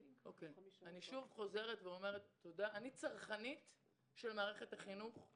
אני צרכנית של מערכת החינוך,